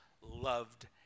loved